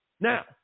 Now